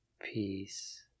Peace